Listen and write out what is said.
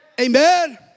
Amen